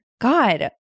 God